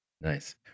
Nice